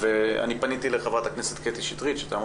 פניתי לחברת הכנסת קטי שטרית שתעמוד